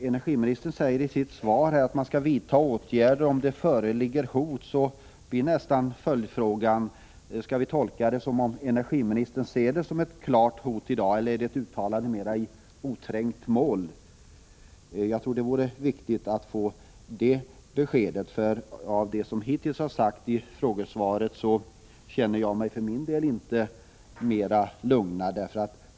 Energiministern säger i sitt frågesvar att man skall vidta åtgärder om det föreligger hot, så min följdfråga blir: Skall vi tolka detta så att energiministern ser det som ett klart hot i dag, eller är detta mera ett uttalande i oträngt mål? Jag tror det vore bra att få ett besked härvidlag, för vad Birgitta Dahl hittills sagt har inte gjort att jag för min del känner mig mera lugn.